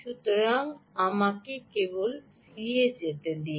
সুতরাং আমাকে কেবল ফিরে যেতে দিন